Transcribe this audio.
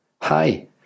Hi